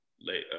late